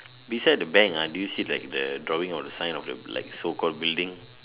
beside the bank ah do you see like the drawing or the sign of the like the so called building